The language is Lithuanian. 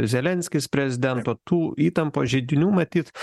zelenskis prezidento tų įtampos židinių matyt